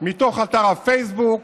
מתוך אתר הפייסבוק